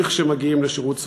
כשהם מגיעים לשירות צבאי,